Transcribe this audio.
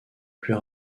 plus